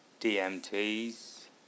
DMT's